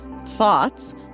thoughts